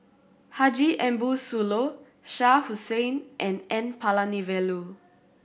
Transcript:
Haji Ambo Sooloh Shah Hussain and N Palanivelu